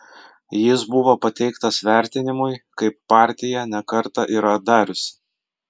jis buvo pateiktas vertinimui kaip partija ne kartą yra dariusi